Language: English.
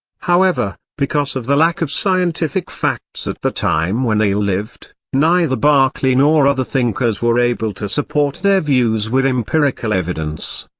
however, because of the lack of scientific facts at the time when they lived, neither berkeley nor other thinkers were able to support their views with empirical evidence.